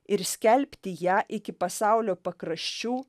ir skelbti ją iki pasaulio pakraščių